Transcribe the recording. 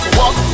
walk